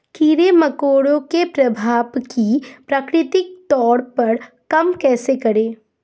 कीड़े मकोड़ों के प्रभाव को प्राकृतिक तौर पर कम कैसे करें?